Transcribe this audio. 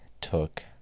took